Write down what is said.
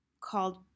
called